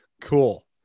Cool